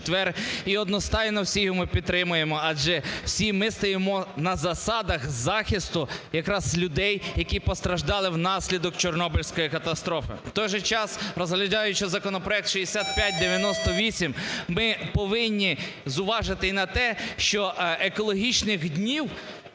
і одностайно всі ми підтримаємо. Адже всі ми стоїмо на засадах захисту якраз людей, які постраждали внаслідок Чорнобильської катастрофи. В той же час, розглядаючи законопроект 6598, ми повинні зважити й на те, що екологічних днів